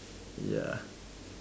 ya